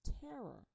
terror